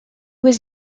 was